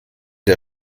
der